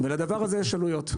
לדבר הזה יש עלויות.